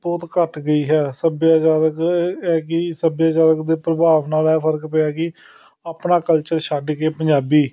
ਬਹੁਤ ਘੱਟ ਗਈ ਹੈ ਸੱਭਿਆਚਾਰਕ ਸੱਭਿਆਚਾਰਕ ਦੇ ਪ੍ਰਭਾਵ ਨਾਲ ਐਹ ਫਰਕ ਪਿਆ ਕਿ ਆਪਣਾ ਕਲਚਰ ਛੱਡ ਕੇ ਪੰਜਾਬੀ